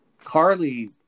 Carly